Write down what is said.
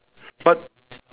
but